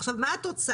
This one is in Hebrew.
עכשיו, מה היא התוצאה,